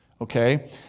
Okay